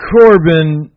Corbin